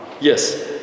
Yes